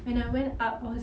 when I went up I was